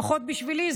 לפחות בשבילי,